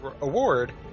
award